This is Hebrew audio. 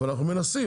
אבל אנחנו מנסים,